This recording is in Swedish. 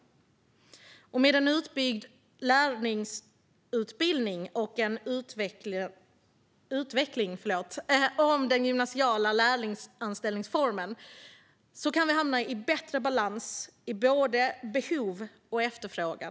Med en utbyggd lärlingsutbildning och en utveckling av den gymnasiala lärlingsanställningsformen kan vi hamna i bättre balans när det gäller behov och efterfrågan.